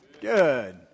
Good